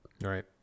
Right